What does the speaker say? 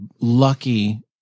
lucky